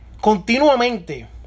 continuamente